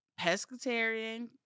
pescatarian